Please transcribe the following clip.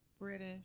british